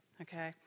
okay